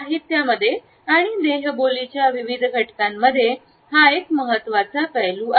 साहित्यामध्ये आणि देहबोली च्या विविध घटकांमध्ये हा एक महत्त्वाचा पैलू आहे